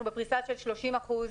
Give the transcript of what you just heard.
אנחנו בפריסה של 30 אחוזים,